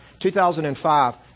2005